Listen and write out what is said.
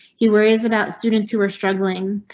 he worries about students who were struggling.